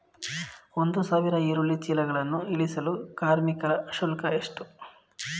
ಒಂದು ಸಾವಿರ ಈರುಳ್ಳಿ ಚೀಲಗಳನ್ನು ಇಳಿಸಲು ಕಾರ್ಮಿಕರ ಶುಲ್ಕ ಎಷ್ಟು?